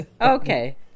Okay